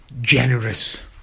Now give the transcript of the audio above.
generous